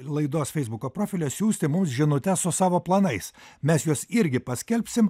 laidos feisbuko profilyje siųsti mums žinutes su savo planais mes juos irgi paskelbsim